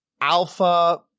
Alpha